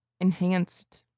enhanced